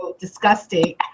disgusting